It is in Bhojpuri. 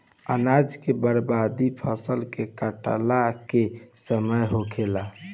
अनाज के बर्बादी फसल के काटला के समय होखेला